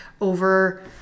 over